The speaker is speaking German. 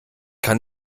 kann